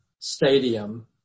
stadium